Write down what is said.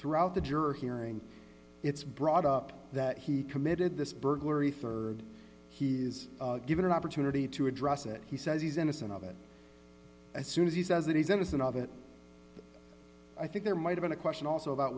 throughout the jury hearing it's brought up that he committed this burglary rd he is given an opportunity to address it he says he's innocent of it as soon as he says that he's innocent of it i think there might a been a question also about